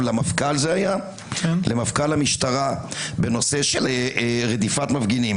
למפכ"ל המשטרה בנושא של רדיפת מפגינים,